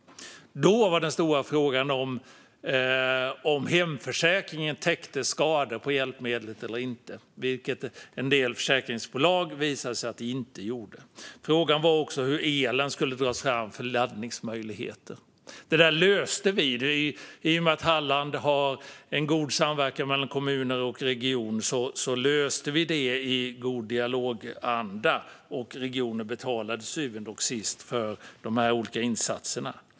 Då var den stora frågan om hemförsäkringen täckte skador på hjälpmedlet eller inte. Med en del försäkringsbolag visade det sig att den inte gjorde det. Frågan var också hur elen skulle dras fram för laddningsmöjligheter. Det där löste vi. I och med att Halland har en god samverkan mellan kommuner och region löste vi detta i god dialoganda, och regionen betalade till syvende och sist för de här olika insatserna.